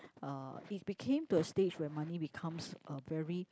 uh it became to a stage when money becomes a very